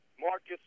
Marcus